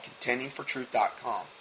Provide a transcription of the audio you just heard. contendingfortruth.com